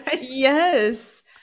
Yes